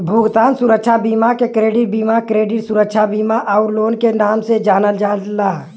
भुगतान सुरक्षा बीमा के क्रेडिट बीमा, क्रेडिट सुरक्षा बीमा आउर लोन के नाम से जानल जाला